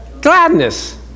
Gladness